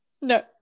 No